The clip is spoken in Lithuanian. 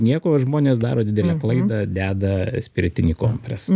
nieko nes daro didelę klaidą deda spiritinį kompresą